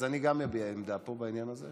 אז אני גם מביע עמדה פה בעניין הזה,